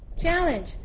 challenge